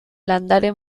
landare